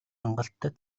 хангалттай